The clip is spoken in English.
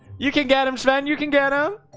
you can get him spend you can get him